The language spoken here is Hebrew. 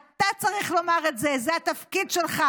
אתה צריך לומר את זה, זה התפקיד שלך.